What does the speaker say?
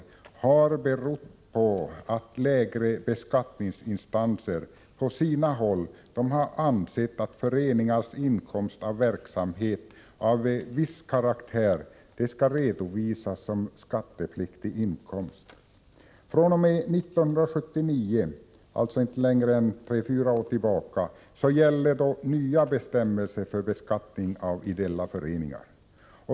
Detta har berott på att lägre beskattningsinstanser på sina håll ansett att föreningars inkomster av verksamhet av viss karaktär skulle redovisas som skattepliktig inkomst. fr.o.m. 1979 gäller nya bestämmelser för beskattning av ideella föreningar.